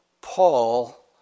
Paul